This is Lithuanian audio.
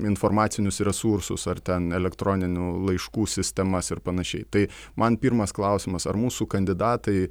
informacinius resursus ar ten elektroninių laiškų sistemas ir panašiai tai man pirmas klausimas ar mūsų kandidatai